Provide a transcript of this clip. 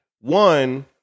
one